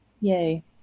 Yay